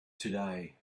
today